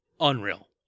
unreal